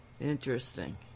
Interesting